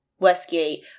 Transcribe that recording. Westgate